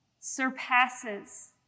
surpasses